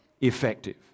effective